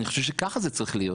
אני חושב שככה זה צריך להיות.